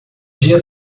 dia